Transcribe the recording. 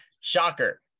shocker